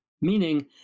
meaning